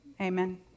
Amen